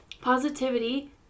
Positivity